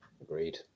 Agreed